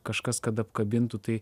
kažkas kad apkabintų tai